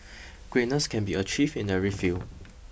greatness can be achieved in every field